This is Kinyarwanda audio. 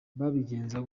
babigenza